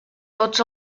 tots